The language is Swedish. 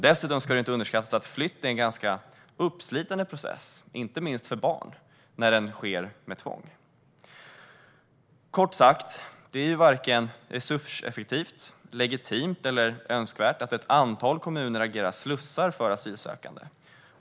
Dessutom ska det inte underskattas att flytt är en ganska uppslitande process, inte minst för barn, när den sker med tvång. Kort sagt: Det är varken resurseffektivt, legitimt eller önskvärt att ett antal kommuner agerar slussar för asylsökande.